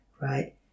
right